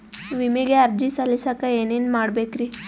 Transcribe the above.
ವಿಮೆಗೆ ಅರ್ಜಿ ಸಲ್ಲಿಸಕ ಏನೇನ್ ಮಾಡ್ಬೇಕ್ರಿ?